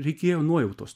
reikėjo nuojautos